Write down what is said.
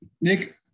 Nick